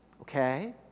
okay